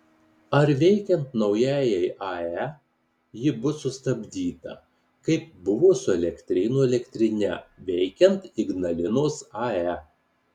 ar veikiant naujajai ae ji bus sustabdyta kaip buvo su elektrėnų elektrine veikiant ignalinos ae